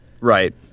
Right